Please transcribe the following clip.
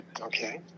Okay